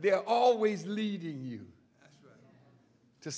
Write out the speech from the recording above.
they are always leading you to